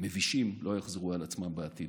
מבישים לא יחזרו על עצמם בעתיד.